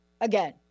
Again